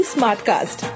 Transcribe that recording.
Smartcast